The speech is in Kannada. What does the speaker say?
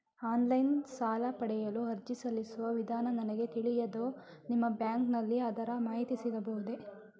ಆನ್ಲೈನ್ ಸಾಲ ಪಡೆಯಲು ಅರ್ಜಿ ಸಲ್ಲಿಸುವ ವಿಧಾನ ನನಗೆ ತಿಳಿಯದು ನಿಮ್ಮ ಬ್ಯಾಂಕಿನಲ್ಲಿ ಅದರ ಮಾಹಿತಿ ಸಿಗಬಹುದೇ?